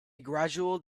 gradual